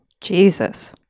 Jesus